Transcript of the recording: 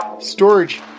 Storage